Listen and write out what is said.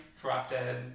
drop-dead